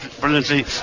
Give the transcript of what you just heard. brilliantly